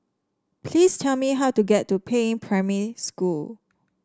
please tell me how to get to Peiying Primary School